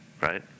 right